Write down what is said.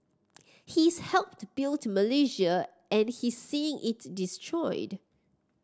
he's helped built Malaysia and he's seeing it destroyed